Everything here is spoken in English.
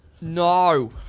No